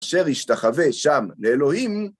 אשר ישתחוה שם לאלוהים.